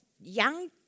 young